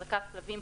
החזקת כלבים,